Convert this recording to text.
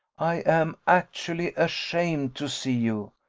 i am actually ashamed to see you,